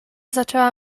zaczęła